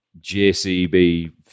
JCB